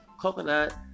coconut